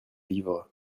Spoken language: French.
livres